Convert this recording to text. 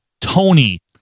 Tony